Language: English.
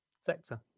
sector